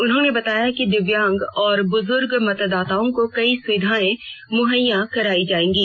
उन्होंने बताया कि दिव्यांग और बुजूर्ग मतदाताओं को कई सुविधाएं मुहैया करायी जाएंगी